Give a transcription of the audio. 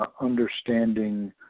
understanding